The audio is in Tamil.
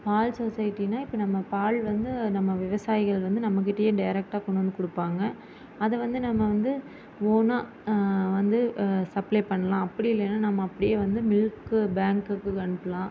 பால் சொசைட்டினால் இப்போ நம்ம பால் வந்து நம்ம விவசாயிகள் வந்து நம்மக்கிட்டவே டேரெக்ட்டாக கொண்டு வந்து கொடுப்பாங்க அதை வந்து நம்ம வந்து ஓனாக வந்து சப்ளே பண்ணலாம் அப்படியும் இல்லைனா நம்ம அப்படியே வந்து மில்க்கு பேங்க்குக்கு அனுப்பலாம்